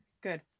Good